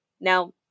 now